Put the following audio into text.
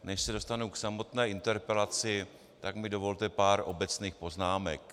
Než se dostanu k samotné interpelaci, tak mi dovolte pár obecných poznámek.